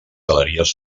galeries